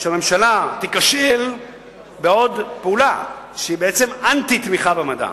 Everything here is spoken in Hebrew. שהממשלה תיכשל בעוד פעולה שהיא בעצם אנטי-תמיכה במדע.